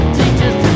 teachers